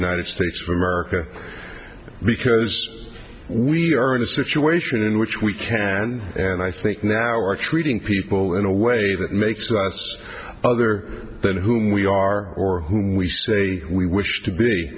united states of america because we are in a situation in which we can and i think now are treating people in a way that makes us other than whom we are or who we say we wish to be